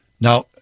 Now